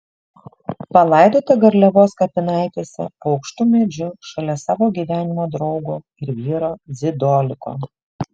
palaidota garliavos kapinaitėse po aukštu medžiu šalia savo gyvenimo draugo ir vyro dzidoliko